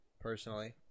personally